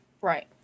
Right